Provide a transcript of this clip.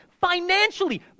financially